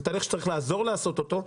זה תהליך שצריך לעזור לעשות אותו,